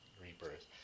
rebirth